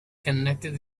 connected